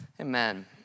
Amen